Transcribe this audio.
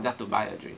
just to buy a drink